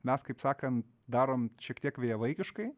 mes kaip sakant darom šiek tiek vėjavaikiškai